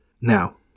Now